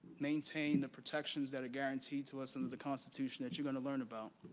maintain the protections that are guaranteed to us under the constitution that you're going to learn about.